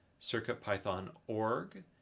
circuitpython.org